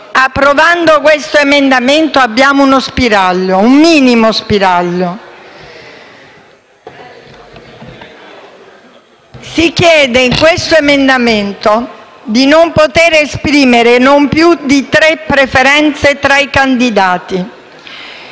Approvando questo emendamento abbiamo uno spiraglio, un minimo spiraglio. Si chiede in questo emendamento di non poter esprimere non più di tre preferenze tra i candidati.